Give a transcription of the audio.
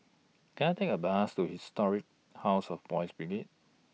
Can I Take A Bus to Historic House of Boys' Brigade